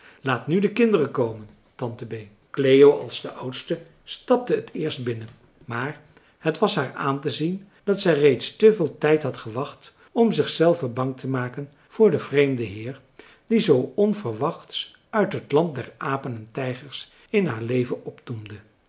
laat nu de kinderen komen tante bee cleo als de oudste stapte het eerst binnen maar het was haar aan te zien dat zij reeds te veel tijd had gehad om zich zelve bang te maken voor den vreemden heer die zoo onverwachts uit het land der apen en tijgers in haar leven opdoemde